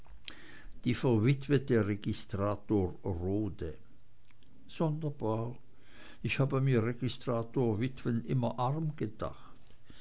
die verwitwete registrator rode sonderbar ich habe mir registratorwitwen immer arm gedacht